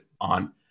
on